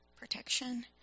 protection